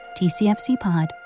tcfcpod